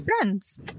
friends